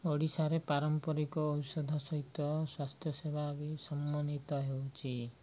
ଓଡ଼ିଶାରେ ପାରମ୍ପରିକ ଔଷଧ ସହିତ ସ୍ୱାସ୍ଥ୍ୟ ସେବା ବି ସମ୍ମାନିତ ହେଉଛି